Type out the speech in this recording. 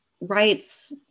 rights